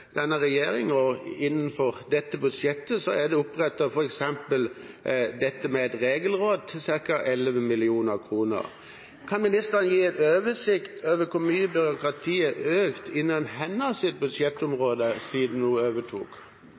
er det innenfor dette budsjettet opprettet et regelråd til ca. 11 mill. kr. Kan ministeren gi oversikt over hvor mye byråkratiet er økt innen hennes budsjettområde siden hun overtok?